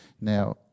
Now